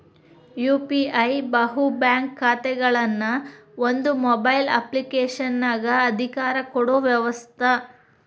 UPI ಬಹು bank ಖಾತೆಗಳನ್ನ ಒಂದ ಮೊಬೈಲ್ ಅಪ್ಲಿಕೇಶನಗ ಅಧಿಕಾರ ಕೊಡೊ ವ್ಯವಸ್ತ